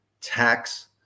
tax